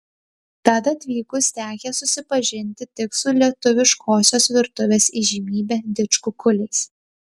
tad atvykus tekę susipažinti tik su lietuviškosios virtuvės įžymybe didžkukuliais